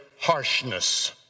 harshness